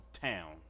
town